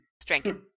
strength